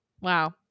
Wow